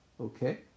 Okay